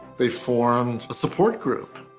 they formed a support group.